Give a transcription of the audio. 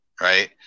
Right